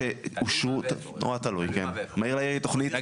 נורא תלוי, מהיר לעיר היא תוכנית לאומית.